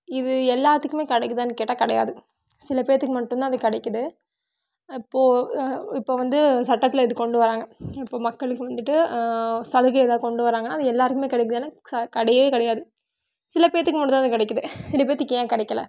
இது எல்லாத்துக்குமே கிடைக்குதான்னு கேட்டால் கிடையாது சில பேர்த்துக்கு மட்டும் தான் அது கிடைக்கிது அப்போது இப்போ வந்து சட்டத்தில் இது கொண்டு வராங்க இப்போ மக்களுக்கு வந்துவிட்டு சலுகை ஏதா கொண்டு வராங்கன்னா அது எல்லாருக்குமே கிடைக்கும் ஏனால் ச கிடையவே கிடையாது சில பேர்த்துக்கு மட்டும் தான் அது கிடைக்கிது சில பேர்த்துக்கு ஏன் கிடைக்கல